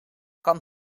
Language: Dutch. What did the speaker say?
kan